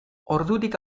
ordutik